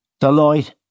Deloitte